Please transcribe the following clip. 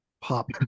pop